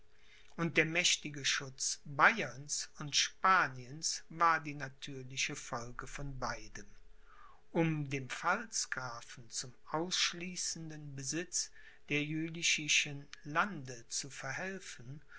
und der mächtige schutz bayerns und spaniens war die natürliche folge von beidem um dem pfalzgrafen zum ausschließenden besitz der jülichischen lande zu verhelfen